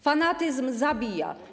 Fanatyzm zabija.